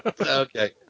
Okay